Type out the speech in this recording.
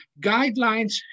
guidelines